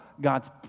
God's